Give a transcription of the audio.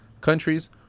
Countries